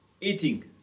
eating